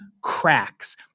cracks